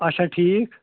اَچھا ٹھیٖک